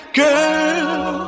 girl